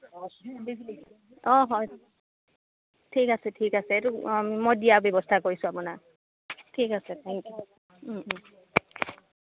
অ' হয় ঠিক আছে ঠিক আছে এইটো মই দিয়াৰ ব্যৱস্থা কৰিছো আপোনাৰ ঠিক আছে থেংক ইউ